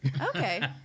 okay